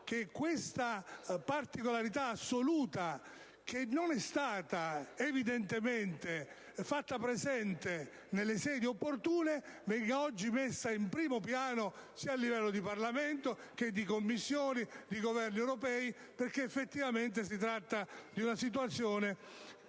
che questa particolarità assoluta, che non è stata evidentemente fatta presente nelle sedi opportune, venga oggi messa in primo piano, sia a livello di Parlamento che di Commissione e Governi europei, perché si tratta di una situazione